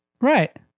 Right